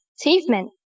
achievement